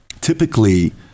typically